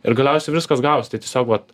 ir galiausiai viskas gavos tai tiesiog vat